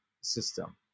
system